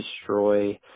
destroy